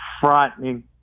frightening